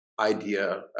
idea